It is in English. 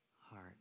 heart